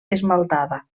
esmaltada